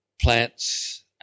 plants